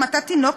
המתת תינוק,